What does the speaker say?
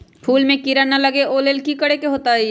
फूल में किरा ना लगे ओ लेल कि करे के होतई?